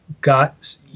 got